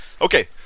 Okay